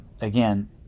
again